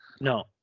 no